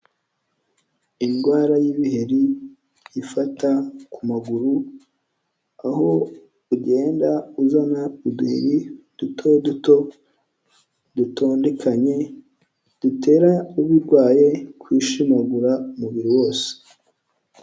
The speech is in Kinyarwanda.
Indwara y'ibiheri ifata ku maguru, aho ugenda uzana uduheri duto duto, dutondekanye, dutera ubirwaye kushimagura umubiri wose.